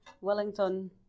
Wellington